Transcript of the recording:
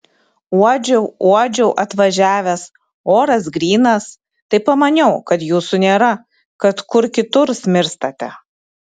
uodžiau uodžiau atvažiavęs oras grynas tai pamaniau kad jūsų nėra kad kur kitur smirstate